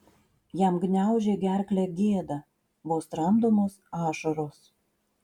jam gniaužė gerklę gėda vos tramdomos ašaros